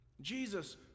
Jesus